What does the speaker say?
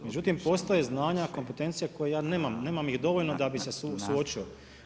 Međutim postoje znanja, kompetencije koje ja nemam, nemam ih dovoljno da bih se suočio.